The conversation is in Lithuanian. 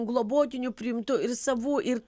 globotinių priimtų ir savų ir